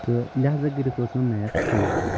تہٕ لِہاظا کٔرِتھ اوس مےٚ میتھ فیورِٹ